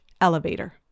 elevator